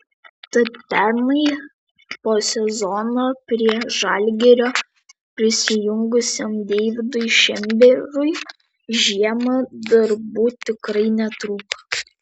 tad pernai po sezono prie žalgirio prisijungusiam deividui šemberui žiemą darbų tikrai netrūko